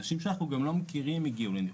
גם כאלו שאיננו מכירים.